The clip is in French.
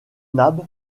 nab